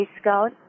Scout